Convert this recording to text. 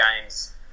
games